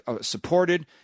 supported